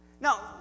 Now